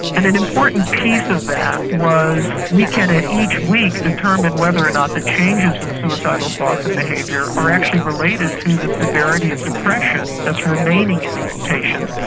and an important piece of that was we can at each week determine whether or not the changes in suicidal thoughts and behaviour are actually related to the severity of depression that's remaining in these patients.